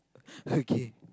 okay